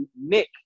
Nick